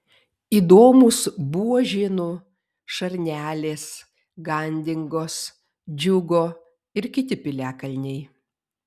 įdomūs buožėnų šarnelės gandingos džiugo ir kiti piliakalniai